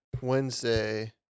wednesday